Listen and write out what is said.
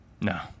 No